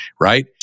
right